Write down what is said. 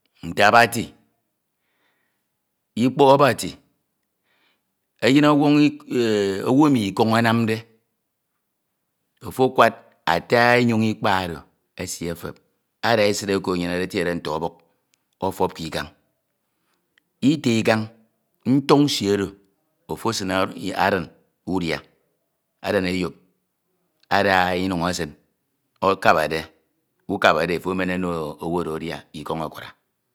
Nte abati ikpọk abati, eyin ọwọñ ikọñ owu emi ikọñ anamde ofo akwad atu engoñ ikpa oro esi ofeo ada esid oko etiede nte ọbuk ọfọp ke ikañ itu ikañ, ntoñ nsie oro, ofo esin adin udia adin eyop ada inuñ, esin ọakaba, ukebade e, ofo emen ono owu oro adia, ikoñ akura